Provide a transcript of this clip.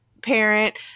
parent